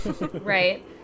Right